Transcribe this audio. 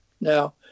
Now